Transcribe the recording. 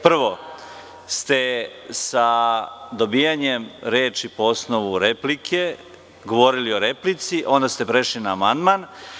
Prvo ste sa dobijanjem reči po osnovu replike govorili o replici, a onda ste prešli na amandman.